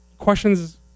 questions